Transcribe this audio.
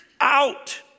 Out